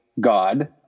God